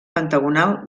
pentagonal